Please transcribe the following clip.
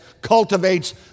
cultivates